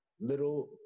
little